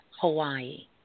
Hawaii